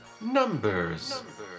Numbers